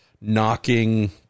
knocking